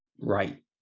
right